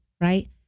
right